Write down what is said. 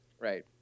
Right